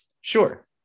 Sure